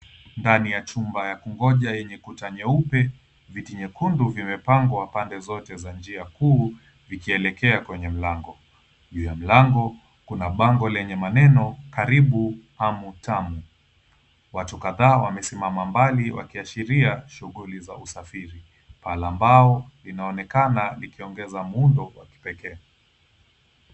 Ndani ya chumba yakungoja, yenye kuta nyeupe, viti nyekundu vimepangwa pande zote za njia kuu, vikielekea kwenye mlango. Juu ya mlango kuna bango lenye maneno “karibu hamu tamu”. Watu kadhaa wamesimama mbali, wakiashiria shughuli za usafiri. Paa la mbao linaonekana, likiongeza muundo wa kipekee.